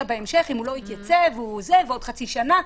בהמשך אם הוא לא יתייצב ועוד חצי שנה,